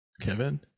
kevin